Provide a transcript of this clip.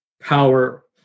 power